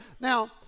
Now